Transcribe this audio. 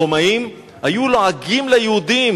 הרומאים היו לועגים ליהודים